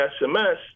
SMS